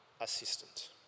assistant